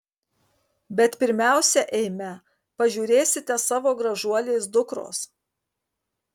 bet pirmiausia eime pažiūrėsite savo gražuolės dukros